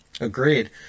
Agreed